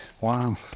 Wow